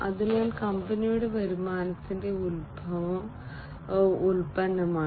അതിനാൽ കമ്പനിയുടെ വരുമാനത്തിന്റെ ഉത്ഭവം ഉൽപ്പന്നമാണ്